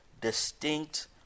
distinct